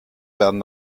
werden